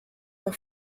nur